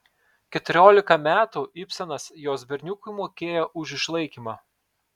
keturiolika metų ibsenas jos berniukui mokėjo už išlaikymą